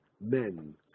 men